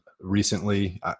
recently